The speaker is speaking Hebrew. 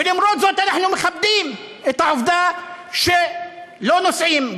ולמרות זאת אנחנו מכבדים את העובדה שלא נוסעים,